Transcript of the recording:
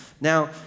Now